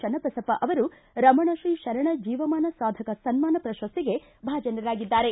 ಚನ್ನಬಸಪ್ಪ ಅವರು ರಮಣಶ್ರೀ ಶರಣ ಜೀವಮಾನ ಸಾಧಕ ಸನ್ಮಾನ ಪ್ರಶಸ್ತಿಗೆ ಭಾಜನರಾಗಿದ್ದಾರೆ